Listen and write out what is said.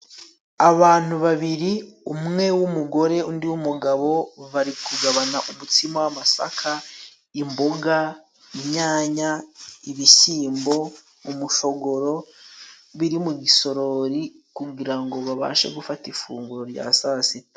Abantu babiri umwe w'umugore undi mugabo bari kugabana umutsima w'amasaka, imboga, inyanya, ibishyimbo, umushogoro, biri mu gisorori kugirango babashe gufata ifunguro rya sasita